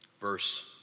verse